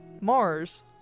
Mars